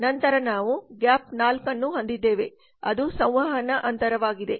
ನಂತರ ನಾವು ಗ್ಯಾಪ್ 4 ಅನ್ನು ಹೊಂದಿದ್ದೇವೆ ಅದು ಸಂವಹನ ಅಂತರವಾಗಿದೆ